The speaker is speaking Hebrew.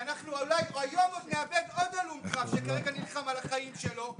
כי אולי היום נאבד עוד הלום-קרב שכרגע נלחם על החיים שלו,